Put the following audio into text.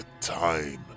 time